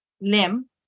limb